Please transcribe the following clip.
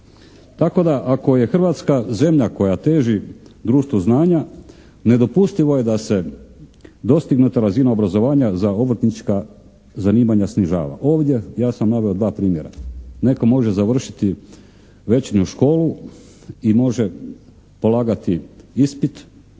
Tako da ako je Hrvatska zemlja koja teži društvu znanja, nedopustivo je da se dostignuta razina obrazovanja za obrtnička zanimanja snižava. Ovdje ja sam naveo dva primjera. Netko može završiti večernju školu i može polagati ispit,